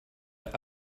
der